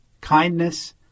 kindness